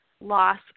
Loss